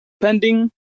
pending